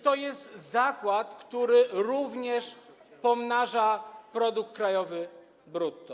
To jest zakład, który również pomnaża produkt krajowy brutto.